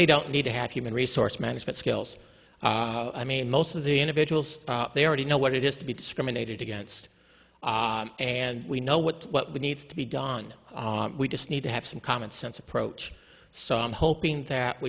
they don't need to have human resource management skills i mean most of the individuals they already know what it is to be discriminated against and we know what what we need to be done we just need to have some common sense approach so i'm hoping that